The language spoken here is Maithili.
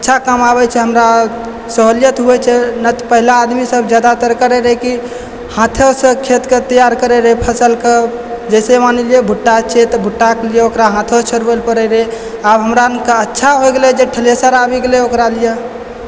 अच्छा काम आबै छै हमरा सहूलियत होइ छै नहि तऽ पहला आदमी सब जादातर करैत रहै की हाथेसँ खेत के तैयार करैत रहै फसलके जैसे मानि लीजिए भुट्टा छै तऽ भुट्टाके लिए ओकरा हाथसँ छोरबै लए पड़ैत रहै आब हमरा अनके अच्छा होइ गेलै जे थ्रेसर आबि गेलै ओकरा लिए